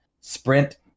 Sprint